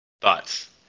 Thoughts